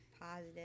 positive